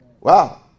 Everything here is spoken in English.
Wow